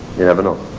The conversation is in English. you never know.